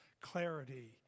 clarity